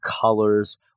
colors